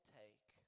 take